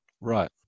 Right